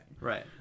Right